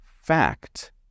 fact